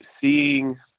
seeing